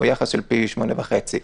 הוא יחס של פי שמונה וחצי.